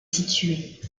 située